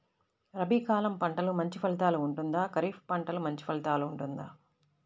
రబీ కాలం పంటలు మంచి ఫలితాలు ఉంటుందా? ఖరీఫ్ పంటలు మంచి ఫలితాలు ఉంటుందా?